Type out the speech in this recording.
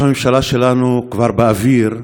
ראש הממשלה שלנו כבר באוויר,